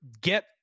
get